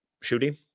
shooting